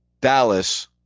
dallas